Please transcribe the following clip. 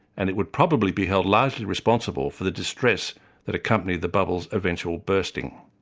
and it would probably be held largely responsible for the distress that accompanied the bubble's eventual bursting.